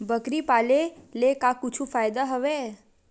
बकरी पाले ले का कुछु फ़ायदा हवय?